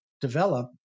develop